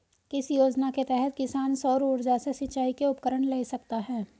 किस योजना के तहत किसान सौर ऊर्जा से सिंचाई के उपकरण ले सकता है?